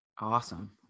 Awesome